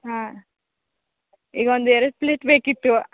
ಹಾಂ ಈಗ ಒಂದು ಎರಡು ಪ್ಲೇಟ್ ಬೇಕಿತ್ತು